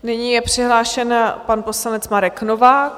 Nyní je přihlášen pan poslanec Marek Novák.